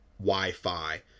wi-fi